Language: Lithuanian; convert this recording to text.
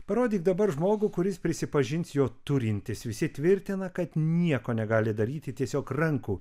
parodyk dabar žmogų kuris prisipažins jo turintis visi tvirtina kad nieko negali daryti tiesiog rankų